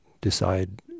decide